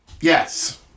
yes